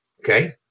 Okay